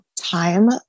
time